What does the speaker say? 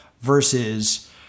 versus